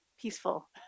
peaceful